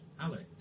Alex